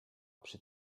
przy